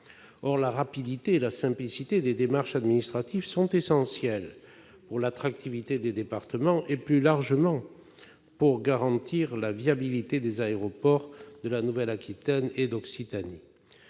La rapidité et la simplicité des démarches administratives sont essentielles pour maintenir l'attractivité de nos départements et, plus largement, pour garantir la viabilité des aéroports de Nouvelle-Aquitaine et d'Occitanie.